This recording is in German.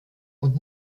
und